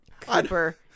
Cooper